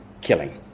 killing